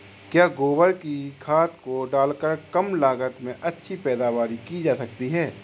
क्या गोबर की खाद को डालकर कम लागत में अच्छी पैदावारी की जा सकती है?